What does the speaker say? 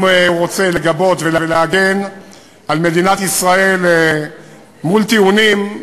אם הוא רוצה לגבות ולהגן על מדינת ישראל מול טיעונים,